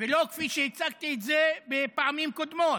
ולא כפי שהצגתי את זה בפעמים קודמות.